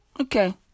Okay